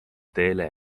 teele